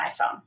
iPhone